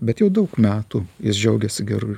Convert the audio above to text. bet jau daug metų jis džiaugiasi geru